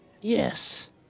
Yes